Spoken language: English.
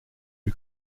who